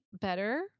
better